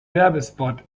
werbespot